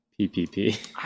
PPP